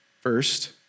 First